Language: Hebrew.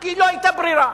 כי לא היתה ברירה.